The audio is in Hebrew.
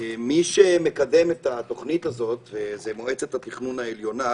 מי שמקדם את התוכנית הזאת זו מועצת התכנון העליונה,